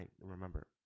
remember –